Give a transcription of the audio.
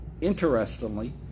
Interestingly